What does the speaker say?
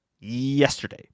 yesterday